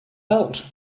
belt